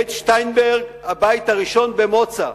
בית שטיינברג, הבית הראשון במוצא,